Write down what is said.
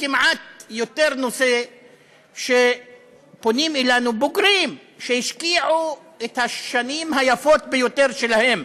כמעט נושא יותר, פונים אלינו בוגרים שהשקיעו את השנים היפות ביותר שלהם